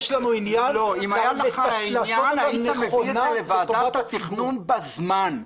אם הייתם מביאים את זה לוועדת התכנון בזמן.